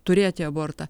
turėti abortą